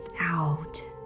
out